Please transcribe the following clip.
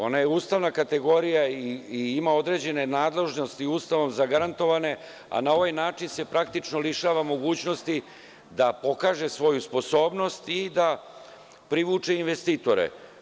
Ona je ustavna kategorija i ima određeni nadležnosti Ustavom zagarantovane, a na ovaj način se praktično lišava mogućnosti da pokaže svoju sposobnost i da privuče investitore.